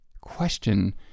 Question